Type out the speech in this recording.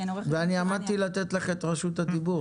עורכת דין של --- ואני עמדתי לתת לך את רשות הדיבור.